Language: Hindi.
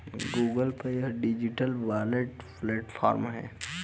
गूगल पे एक डिजिटल वॉलेट प्लेटफॉर्म है